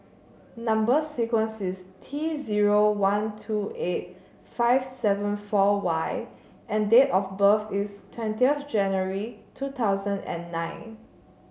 number sequence is T zero one two eight five seven four Y and date of birth is twentieth January two thousand and nine